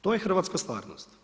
To je hrvatska stvarnost.